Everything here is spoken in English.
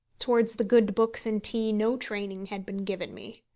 towards the good books and tea no training had been given me.